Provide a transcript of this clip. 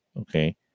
okay